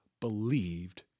believed